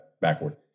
backward